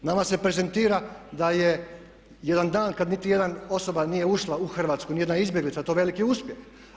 Nama se prezentira da je jedan dan kad niti jedna osoba nije ušla u Hrvatsku, ni jedna izbjeglica to veliki uspjeh.